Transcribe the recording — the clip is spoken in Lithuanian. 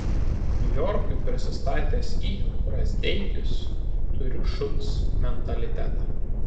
niujorkui prisistatęs i brazdeikis turiu šuns mentalitetą